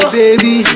baby